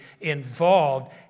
involved